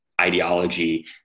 ideology